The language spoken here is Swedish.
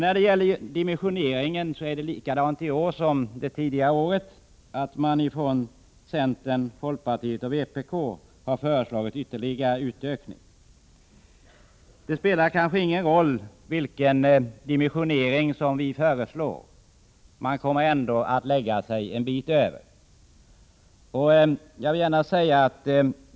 När det gäller dimensioneringen är det i år liksom tidigare år så att centern, folkpartiet och vpk har föreslagit ytterligare utökning. Det spelar kanske ingen roll vilken dimensionering vi föreslår — de kommer ändå att lägga sina förslag en bit över.